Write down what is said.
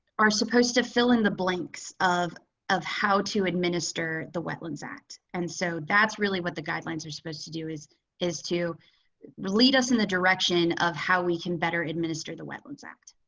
are supposed to fill in the blanks of of how to administer the wetlands act. and so that's really what the guidelines are supposed to do is is to lead us in the direction of how we can better administer the wetlands act.